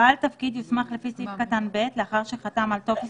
בעל תפקיד יוסמך לפי סעיף קטן (ב) לאחר שחתם על טופס